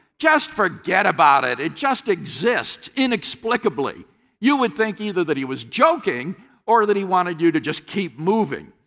just forget about it, it just exists inexplicably you would think either that he was joking or that he wanted you to just keep moving.